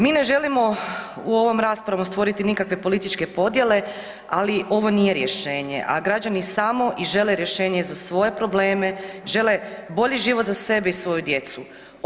Mi ne želimo u ovoj raspravi stvoriti nikakve političke podjele, ali ovo nije rješenje a građani samo i žele rješenje za svoje probleme, žele bolji život za sebe i svoju djecu.